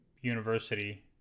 university